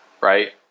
right